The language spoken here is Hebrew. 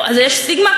אז יש סטיגמה?